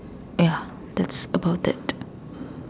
ya that's about it